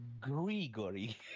Gregory